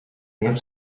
mil